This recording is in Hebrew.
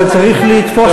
אבל צריך לתפוס,